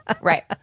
Right